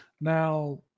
Now